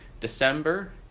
December